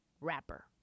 rapper